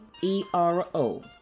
E-R-O